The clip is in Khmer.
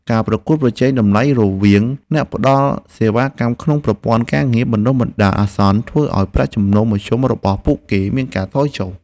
ការប្រកួតប្រជែងតម្លៃរវាងអ្នកផ្តល់សេវាកម្មក្នុងប្រព័ន្ធការងារបណ្ដោះអាសន្ន ធ្វើឱ្យប្រាក់ចំណូលមធ្យមរបស់ពួកគេមានការថយចុះ។